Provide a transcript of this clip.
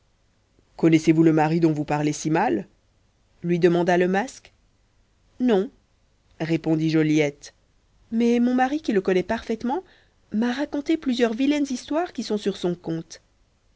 connaissez-vous le mari dont vous parlez si mal lui demanda le masque non répondit joliette mais mon mari qui le connaît parfaitement m'a raconté plusieurs vilaines histoires qui sont sur son compte